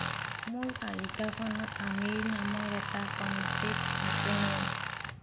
মোৰ তালিকাখনত আমিৰ নামৰ এটা কণ্টেক্ট আছেনে